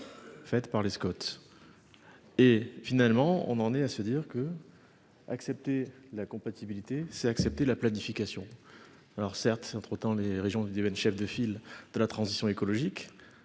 Faites par les Scott. Et finalement on en est à se dire que. Accepter la compatibilité c'est accepter la planification. Alors certes si entre temps les régions du Yémen, chef de file de la transition écologique.